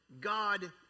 God